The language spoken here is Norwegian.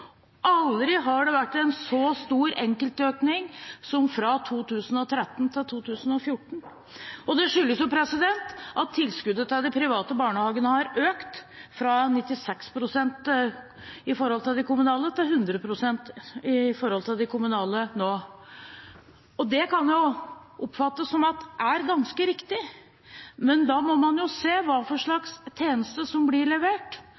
Aldri har det vært en så stor enkeltøkning som fra 2013 til 2014, og det skyldes at tilskuddet til de private barnehagene har økt fra 96 pst. til 100 pst. i forhold til de kommunale. Det kan jo oppfattes som ganske riktig, men da må man se på hva slags tjeneste som blir levert.